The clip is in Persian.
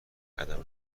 عدم